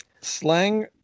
Slang